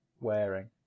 wearing